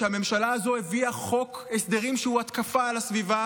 שהממשלה הזו הביאה חוק הסדרים שהוא התקפה על הסביבה,